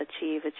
achieve